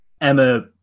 emma